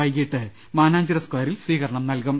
വൈകിട്ട് മാനാഞ്ചിറ സ്കയറിൽ സ്വീകരണം നൽകും